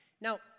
Now